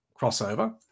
crossover